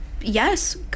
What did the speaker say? yes